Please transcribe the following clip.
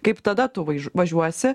kaip tada tu važiuosi